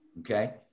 Okay